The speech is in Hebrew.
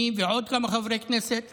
אני ועוד כמה חברי כנסת